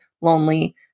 lonely